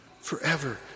forever